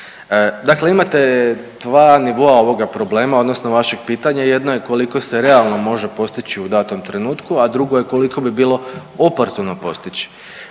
Dakle imate 2 nivoa ovoga problema odnosno vašeg pitanja, jedno je koliko se realno može postići u datom trenutku, a drugo je koliko bi bilo oportuno postići.